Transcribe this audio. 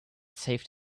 saved